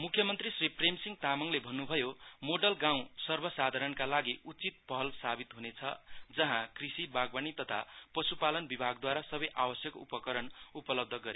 मुख्यमन्त्री प्रेमसिंह तामाङले भन्नुभयो मोडल गाँउ सवसाधारणका लागि उचित पहल साबित ह्नेछ जहाँ कृषिबागवानी तथा पश्पालन विभागदूवारा सबै आवस्यक उपकरण उपलब्ध गरेको छ